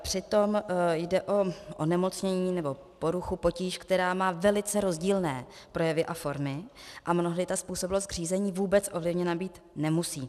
Přitom jde o onemocnění nebo poruchu, potíž, která má velice rozdílné projevy a formy, a mnohdy způsobilost k řízení vůbec ovlivněna být nemusí.